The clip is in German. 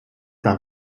nach